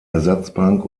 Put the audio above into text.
ersatzbank